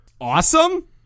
awesome